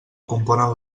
componen